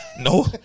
no